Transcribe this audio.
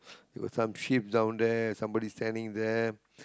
got some sheep down there somebody standing there